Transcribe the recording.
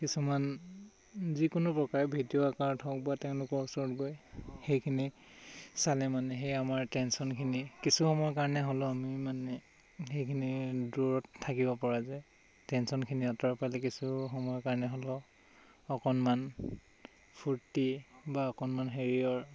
কিছুমান যিকোনো প্ৰকাৰে ভিডিঅ' আকাৰে হওক বা তেওঁলোকৰ ওচৰত গৈ সেইখিনি চালে মানে সেই আমাৰ টেনচনখিনি কিছু সময়ৰ কাৰণে হ'লেও আমি মানে সেইখিনি দূৰত থাকিব পৰা যায় টেনচনখিনি আঁতৰাব পাৰিলে কিছু সময়ৰ কাৰণে হ'লেও অকণমান ফূৰ্তি বা অকণমান হেৰিয়ৰ